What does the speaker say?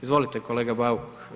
Izvolite kolega Bauk.